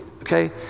Okay